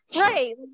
Right